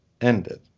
ended